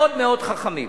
מאוד מאוד חכמים.